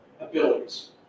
abilities